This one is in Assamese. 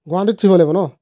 গুৱাহাটীত উঠিব লাগিব ন